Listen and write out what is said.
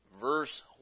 verse